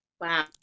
Wow